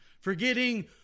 Forgetting